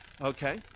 Okay